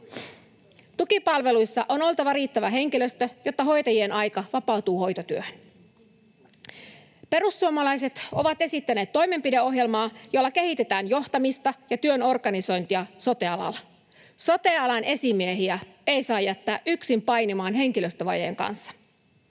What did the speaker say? Tukipalveluissa on oltava riittävä henkilöstö, jotta hoitajien aika vapautuu hoitotyöhön. Perussuomalaiset ovat esittäneet toimenpideohjelmaa, jolla kehitetään johtamista ja työn organisointia sote-alalla. Sote-alan esimiehiä ei saa jättää yksin painimaan henkilöstövajeen kanssa.